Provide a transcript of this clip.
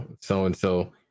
so-and-so